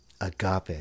agape